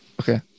okay